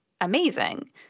amazing